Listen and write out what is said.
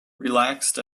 relaxed